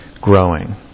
growing